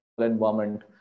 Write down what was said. environment